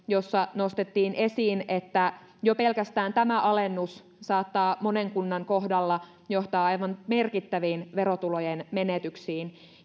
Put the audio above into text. jossa nostettiin esiin että jo pelkästään tämä alennus saattaa monen kunnan kohdalla johtaa aivan merkittäviin verotulojen menetyksiin